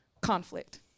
Conflict